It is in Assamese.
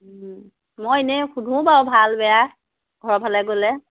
মই এনেই সুধো বাৰু ভাল বেয়া ঘৰৰ ফালে গ'লে